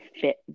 fit